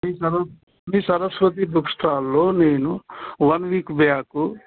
మీ సరస్ మీ సరస్వతి బుక్ స్టాల్లో నేను వన్ వీక్ బ్యాక్